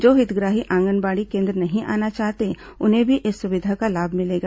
जो हितग्राही आंगनबाड़ी केन्द्र नहीं आना चाहते उन्हें भी इस सुविधा का लाभ मिलेगा